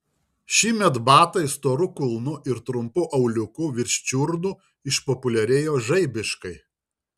šįmet batai storu kulnu ir trumpu auliuku virš čiurnų išpopuliarėjo žaibiškai